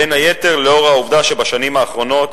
בין היתר לאור העובדה שבשנים האחרונות